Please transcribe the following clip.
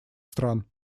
стран